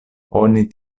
oni